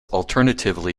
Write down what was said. alternatively